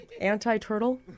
anti-turtle